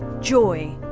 joy.